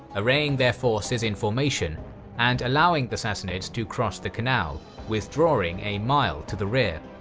arraying their forces in formation and allowing the sassanids to cross the canal, withdrawing a mile to the rear.